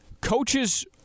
coaches